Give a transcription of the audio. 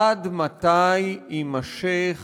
עד מתי יימשך